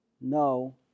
no